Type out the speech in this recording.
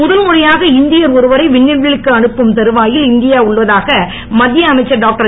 முதல்முறையாக இந்தியர் ஒருவரை விண்வெளிக்கு அனுப்பும் தருவாயில் இந்தியா உள்ளதாக மத்திய அமைச்சர் டாக்டர்